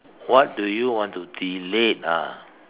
what do you want to delete ah